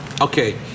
Okay